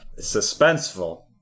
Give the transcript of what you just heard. Suspenseful